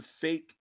fake